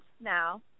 now